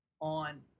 on